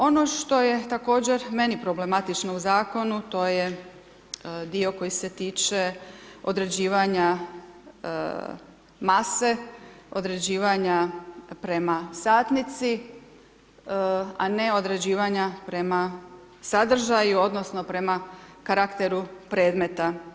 Ono što je također meni problematično u zakonu, to je dio koji se tiče određivanja mase, određivanja prema satnici ne određivanja prema sadržaju odnosno prema karakteru predmeta.